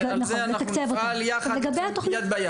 ועל זה אנחנו נפעל יד ביד.